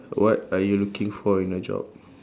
what are you looking for in a job